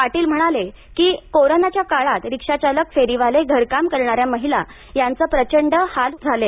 पाटील म्हणाले की कोरोनाच्या काळात रिक्षाचालक फेरीवाले घरकाम करणाऱ्या महिला यांचे प्रचंड हाल झाले